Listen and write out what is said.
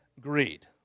greed